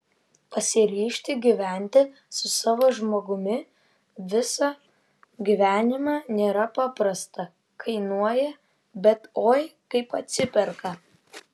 pasiryžti gyventi su savo žmogumi visą gyvenimą nėra paprasta kainuoja bet oi kaip atsiperka